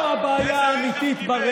אלא אותם אנשים שמעלים תכנים של הסתה,